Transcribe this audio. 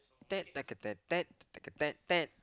ted like a ted ted like a ted ted